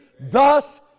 thus